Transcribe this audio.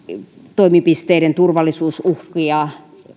toimipisteiden turvallisuusuhkia